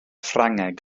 ffrangeg